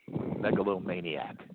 megalomaniac